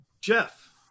Jeff